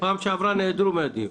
בפעם שעברה הם נעדרו מהדיון.